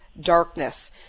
darkness